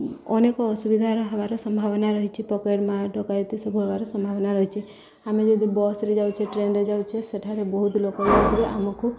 ଅନେକ ଅସୁବିଧାର ହବାର ସମ୍ଭାବନା ରହିଛି ପକେଟ୍ ମାର୍ ଡକାୟତି ସବୁ ହବାର ସମ୍ଭାବନା ରହିଛି ଆମେ ଯଦି ବସ୍ରେ ଯାଉଛେ ଟ୍ରେନ୍ରେ ଯାଉଛେ ସେଠାରେ ବହୁତ ଲୋକଙ୍କ ପାଖରୁ ଆମକୁ